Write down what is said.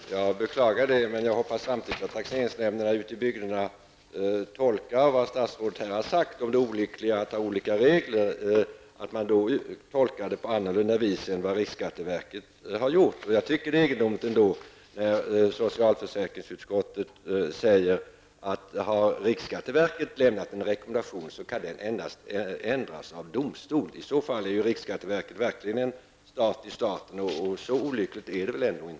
Herr talman! Jag beklagar detta, men hoppas samtidigt att taxeringsnämnderna ute i bygderna lyssnar till vad statsrådet här har sagt om det olyckliga i att ha olika regler och tolkar bestämmelserna annorlunda än riksskatteverket. Jag tycker ändå att det är egendomligt att socialförsäkringsutskottet säger att en rekommendation som riksskatteverket har lämnat endast kan ändras av domstol. I så fall är riksskatteverket verkligen en stat i staten, och så olyckligt är det väl ändå inte.